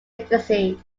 ecstasy